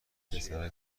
پسرک